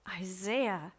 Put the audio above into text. Isaiah